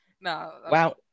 No